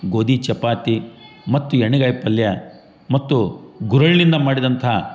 ಗೋದಿ ಚಪಾತಿ ಮತ್ತು ಎಣ್ಗಾಯಿ ಪಲ್ಯ ಮತ್ತು ಗುರೆಳ್ಳಿಂದ ಮಾಡಿದಂಥ